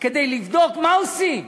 כדי לבדוק מה עושים?